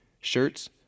shirts